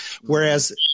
Whereas